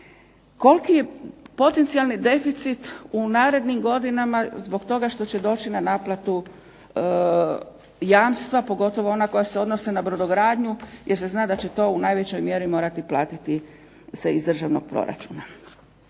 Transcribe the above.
Koliki je potencijalni deficit u narednim godinama zbog toga što će doći na naplatu jamstva, pogotovo ona koja se odnose na brodogradnju jer se zna da će to u najvećoj mjeri morati se platiti iz državnog proračuna.